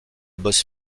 boss